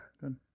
Good